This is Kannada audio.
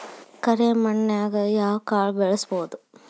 ಕರೆ ಮಣ್ಣನ್ಯಾಗ್ ಯಾವ ಕಾಳ ಬೆಳ್ಸಬೋದು?